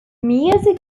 music